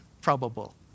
probable